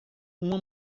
uma